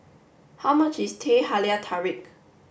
how much is Teh Halia Tarik